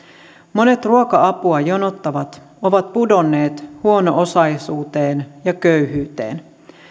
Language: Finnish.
monet ruoka apua jonottavat ovat pudonneet huono osaisuuteen ja köyhyyteen